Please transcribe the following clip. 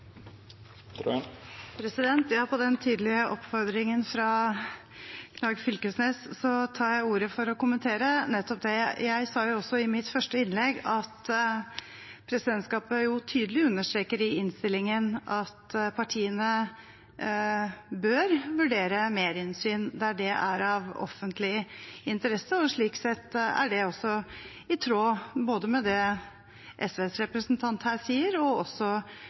På den tydelige oppfordringen fra Knag Fylkesnes tar jeg ordet for å kommentere nettopp det. Jeg sa i mitt første innlegg at presidentskapet tydelig understreker i innstillingen at partiene bør vurdere merinnsyn der det er av offentlig interesse. Slik sett er det i tråd både med det SVs representant her sier, og det Rødts representant sa. Vi har også